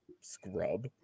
scrub